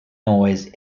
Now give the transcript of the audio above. noise